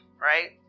right